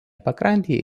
pakrantėje